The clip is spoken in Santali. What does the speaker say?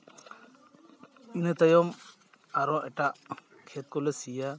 ᱤᱱᱟᱹ ᱛᱟᱭᱚᱢ ᱟᱨᱚ ᱮᱴᱟᱜ ᱠᱷᱮᱛ ᱠᱚᱞᱮ ᱥᱤᱭᱟ